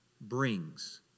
brings